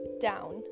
Down